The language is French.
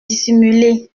dissimulé